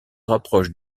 rapproche